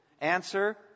Answer